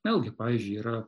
vėlgi pavyzdžiui yra